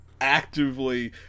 actively